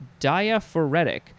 diaphoretic